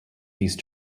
these